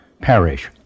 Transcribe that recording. perish